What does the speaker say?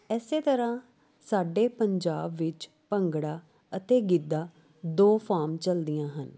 ਇਸੇ ਤਰ੍ਹਾਂ ਸਾਡੇ ਪੰਜਾਬ ਵਿੱਚ ਭੰਗੜਾ ਅਤੇ ਗਿੱਧਾ ਦੋ ਫਾਮ ਚੱਲਦੀਆਂ ਹਨ